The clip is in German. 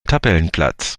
tabellenplatz